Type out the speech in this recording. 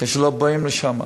כאשר לא באים אליהם,